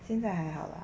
现在还好 lah